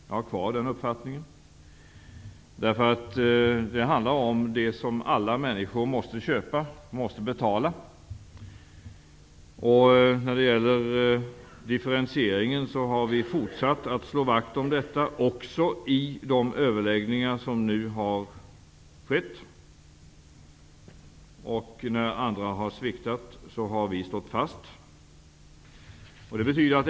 Jag har kvar den uppfattningen, eftersom det handlar om nödvändiga utgifter för alla människor. Vi har fortsatt att slå vakt om differentieringen av mervärdesskatten, också i de överläggningar som nu har ägt rum. När andra har sviktat har vi stått fast.